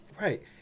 right